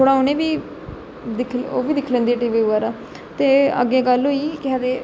थोह्ड़ा उनेंगी बी दिक्खी लैंदी टीवी बगैरा ते अग्गै गल्ल होई केह् आखदे